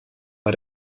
bei